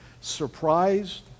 Surprised